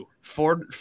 Ford